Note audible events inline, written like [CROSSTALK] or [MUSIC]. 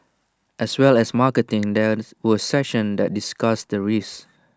as well as marketing there [NOISE] were sessions that discussed the risks